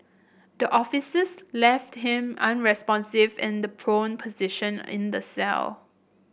the officers left him unresponsive in the prone position in the cell